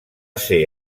ser